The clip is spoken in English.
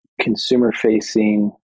consumer-facing